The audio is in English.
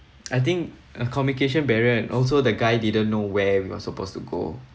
I think a communication barrier and also the guy didn't know where we were supposed to go